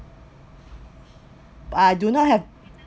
I do not have